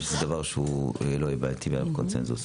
שזה דבר שלא יהווה בעיה אלא הוא בקונצנזוס.